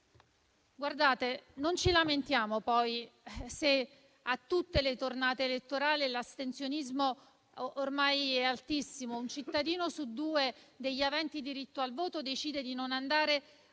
dittatura. Non ci lamentiamo poi se a tutte le tornate elettorali l'astensionismo ormai è altissimo: un cittadino su due degli aventi diritto al voto decide di non andare